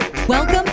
Welcome